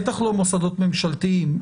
בטח לא במוסדות ממשלתיים?